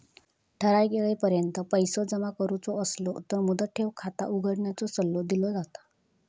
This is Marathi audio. ठराइक येळेपर्यंत पैसो जमा करुचो असलो तर मुदत ठेव खाता उघडण्याचो सल्लो दिलो जाता